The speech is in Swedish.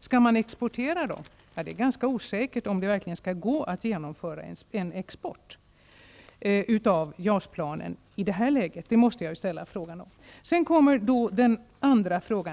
Skall man exportera dem? Det är ganska osäkert om det går att genomföra en export av JAS planen i nuvarande läge. Sedan kommer den andra frågan.